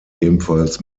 ebenfalls